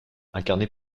incarné